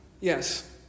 Yes